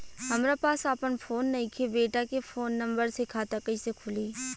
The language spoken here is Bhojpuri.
हमरा पास आपन फोन नईखे बेटा के फोन नंबर से खाता कइसे खुली?